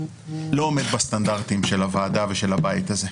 עומד בסטנדרטים של הוועדה ושל הבית הזה.